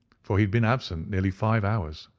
for he had been absent nearly five hours.